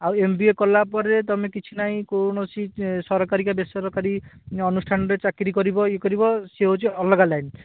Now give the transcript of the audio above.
ଆଉ M B A କଲା ପରେ ତୁମେ କିଛି ନାହିଁ କୌଣସି ସରକାରୀ କି ବେସରକାରୀ ଅନୁଷ୍ଠାନରେ ଚାକିରି କରିବ ଇଏ କରିବ ସିଏ ହେଉଛି ଅଲଗା ଲାଇନ୍